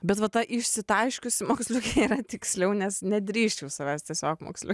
bet va ta išsitaškiusi moksliukė yra tiksliau nes nedrįsčiau savęs tiesiog moksliuke